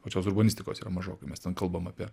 pačios urbanistikos yra mažokai mes ten kalbam apie